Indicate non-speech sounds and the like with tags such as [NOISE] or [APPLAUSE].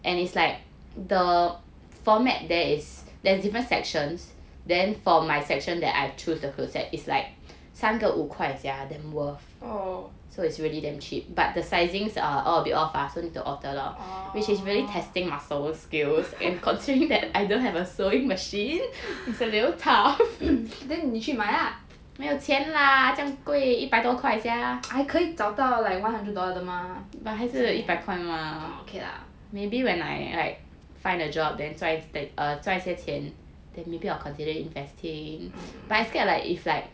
oh oh [LAUGHS] then 你去买啦 !aiya! 可以找到 one hundred dollar 的 mah oh okay lah oh